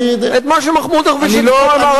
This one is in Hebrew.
אני לא,